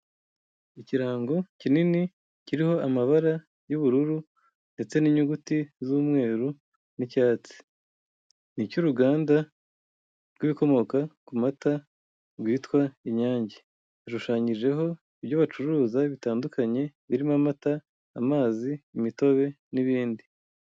Ikirango kinini kiriho amabara y'ubururu ndetse n'inyuguti z'umweru n'icyatsi, ni icy'uruganda rw'ibikomoka ku mata rwitwa Inyange, hashushanyijeho ibyo bacuruza bitandukanye birimo amata, amazi, imitobe n'ibindi.